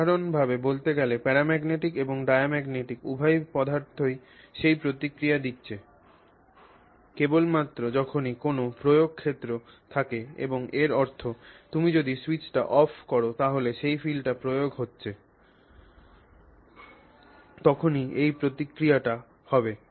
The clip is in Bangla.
সাধারণভাবে বলতে গেলে প্যারাম্যাগনেটিক এবং ডায়াম্যাগনেটিক উভয় পদার্থই সেই প্রতিক্রিয়া দিচ্ছে কেবলমাত্র যখন কোনও প্রয়োগ ক্ষেত্র থাকে এবং এর অর্থ তুমি যদি সুইচটা অফ কর তাহলে এই ফিল্ডটা প্রয়োগ হচ্ছে তখন এই প্রতিক্রিয়া পাবে